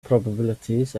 probabilities